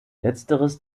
letzteres